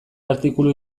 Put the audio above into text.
artikulu